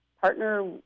partner